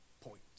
point